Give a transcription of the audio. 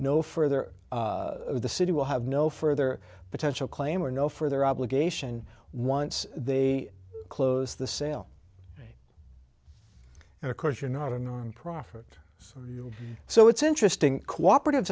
no further the city will have no further potential claim or no further obligation once they close the sale and of course you're not a profit so it's interesting cooperative